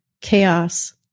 chaos